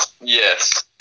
yes